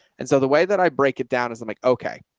and so the way that i break it down as i'm like, okay,